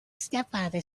stepfather